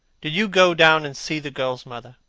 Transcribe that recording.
did you go down and see the girl's mother?